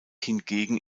hingegen